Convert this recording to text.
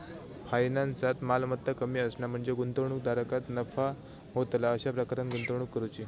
फायनान्सात, मालमत्ता कमी असणा म्हणजे गुंतवणूकदाराक नफा होतला अशा प्रकारान गुंतवणूक करुची